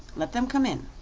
let them come in.